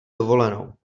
dovolenou